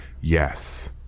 yes